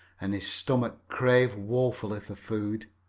and his stomach craved woefully for food.